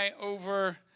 over